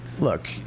look